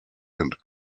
and